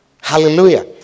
Hallelujah